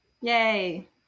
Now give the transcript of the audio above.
Yay